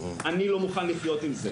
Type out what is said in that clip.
אני לא מוכן לחיות עם זה,